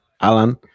Alan